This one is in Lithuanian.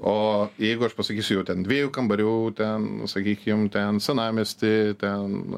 o jeigu aš pasakysiu jau ten dviejų kambarių ten sakykim ten senamiesty ten